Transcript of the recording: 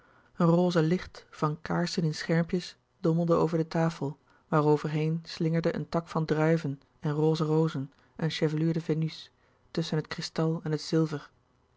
een roze licht van kaarsen in schermpjes dommelde over de tafel waarover heen slingerde een tak van druiven en roze rozen en chevelure de venus tusschen het kristal en het zilver